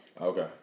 Okay